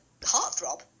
heartthrob